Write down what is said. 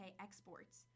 exports